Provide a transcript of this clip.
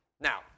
Now